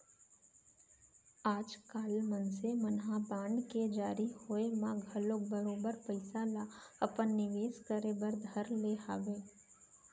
आजकाल मनसे मन ह बांड के जारी होय म घलौक बरोबर पइसा ल अपन निवेस करे बर धर ले हवय